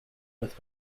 with